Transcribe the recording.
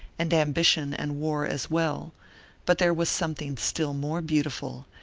and ambition and war as well but there was something still more beautiful,